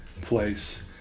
place